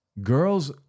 Girls